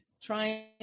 trying